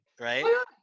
right